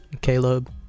Caleb